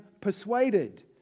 persuaded